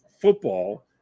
football